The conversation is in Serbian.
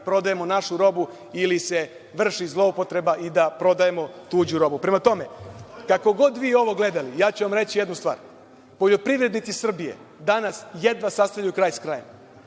prodajemo našu robu ili se vrši zloupotreba i da prodajemo tuđu robu. Prema tome, kako god vi ovo gledali, ja ću vam reći jednu stvar. Poljoprivrednici Srbije danas jedva sastavljaju kraj s krajem.